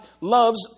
loves